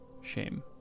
shame